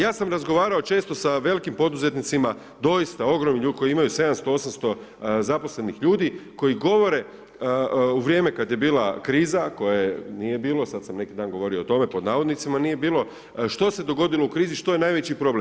Ja sam razgovarao često sa velikim poduzetnicima, doista ogromnim, koji imaju 700-800 zaposlenih ljudi, koji govore u vrijeme kad je bila kriza koje nije bilo, sad sam neki dan govorio o tome, pod navodnicima nije bilo, što se dogodilo u krizi, što je najveći problem.